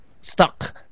stuck